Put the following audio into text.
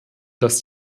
dass